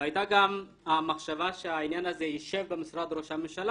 והיתה גם מחשבה שהעניין הזה יישב במשרד ראש הממשלה